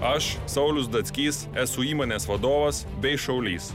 aš saulius datskys esu įmonės vadovas bei šaulys